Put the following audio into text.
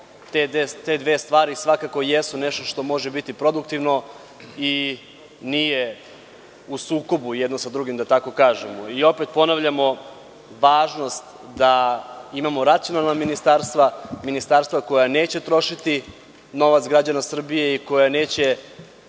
te dve stvari svakako jesu nešto što može biti produktivno i nije u sukobu jedno sa drugim, da tako kažemo. Opet ponavljamo važnost da imamo racionalna ministarstva, ministarstva koja neće trošiti novac građana Srbije i koja neće